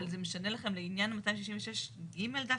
אבל זה משנה לכם לענין 266ג דווקא,